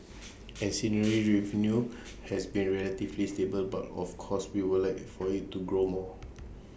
ancillary revenue has been relatively stable but of course we would like for IT to grow more